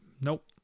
Nope